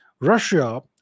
Russia